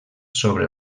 sobre